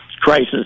crisis